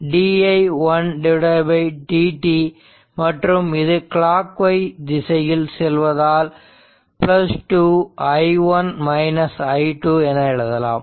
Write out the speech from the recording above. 5 di1 dt மற்றும் இது clockwise திசையில் செல்வதால் 2 i1 i2 என எழுதலாம்